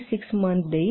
6 महिने देईल